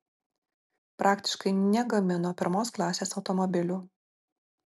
praktiškai negamino pirmos klasės automobilių